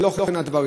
ולא כן הדברים,